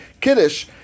Kiddush